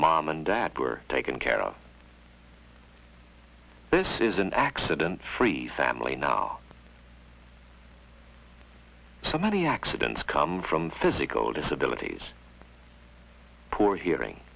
mom and dad were taken care of this is an accident free family now so many accidents come from physical disabilities poor hearing